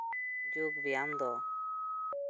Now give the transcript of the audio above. ᱡᱳᱜᱽ ᱵᱮᱭᱟᱢ ᱫᱚ